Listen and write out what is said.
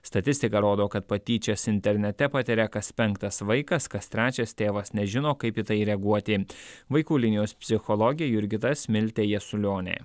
statistika rodo kad patyčias internete patiria kas penktas vaikas kas trečias tėvas nežino kaip į tai reaguoti vaikų linijos psichologė jurgita smiltė jasiulionė